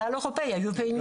כן, האיחוד האירופאי.